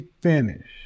finish